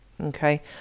Okay